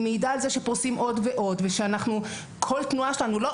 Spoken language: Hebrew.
היא מעידה על כך שפורסים עוד ועוד וכל תנועה שלנו נראית.